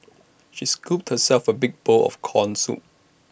she scooped herself A big bowl of Corn Soup